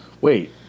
Wait